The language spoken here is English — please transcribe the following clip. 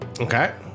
Okay